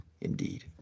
Indeed